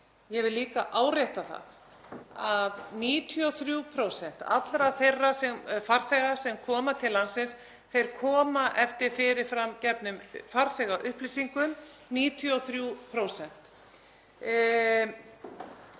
Ég vil líka árétta það að 93% allra þeirra farþega sem koma til landsins koma eftir fyrirframgefnum farþegaupplýsingum, 93%.